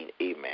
Amen